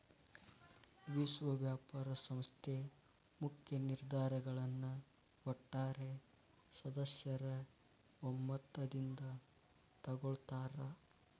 ವಿಶ್ವ ವ್ಯಾಪಾರ ಸಂಸ್ಥೆ ಮುಖ್ಯ ನಿರ್ಧಾರಗಳನ್ನ ಒಟ್ಟಾರೆ ಸದಸ್ಯರ ಒಮ್ಮತದಿಂದ ತೊಗೊಳ್ತಾರಾ